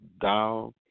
down